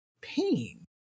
pain